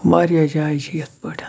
واریاہ جایہِ چھِ یِتھ پٲٹھۍ